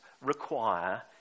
require